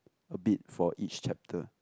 a bit for each chapter